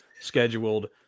scheduled